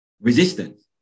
resistance